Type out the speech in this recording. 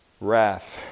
wrath